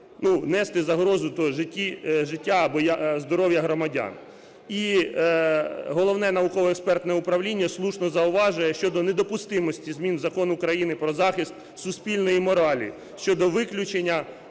нести загрозу життя або здоров'я громадян. І Головне науково-експертне управління слушно зауважує щодо недопустимості змін в Закон України "Про захист суспільної моралі" щодо виключення